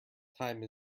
time